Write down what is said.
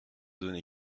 donner